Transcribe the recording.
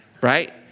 right